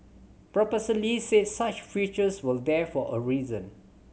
Professor Lee said such features were there for a reason